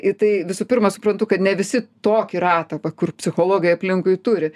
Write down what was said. į tai visų pirma suprantu kad ne visi tokį ratą va kur psichologai aplinkui turi